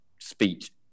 Speech